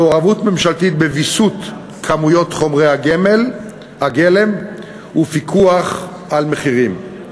מעורבות ממשלתית בוויסות כמויות חומרי הגלם ופיקוח על מחירים.